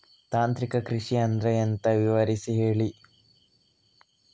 ತಾಂತ್ರಿಕ ಕೃಷಿ ಅಂದ್ರೆ ಎಂತ ವಿವರಿಸಿ ಹೇಳಿ